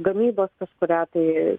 gamybos kažkurią tai